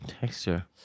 Texture